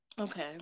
Okay